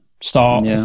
start